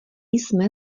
jsme